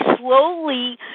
slowly